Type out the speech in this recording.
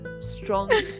strong